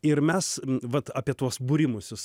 ir mes vat apie tuos burimusis